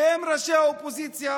שהם ראשי האופוזיציה.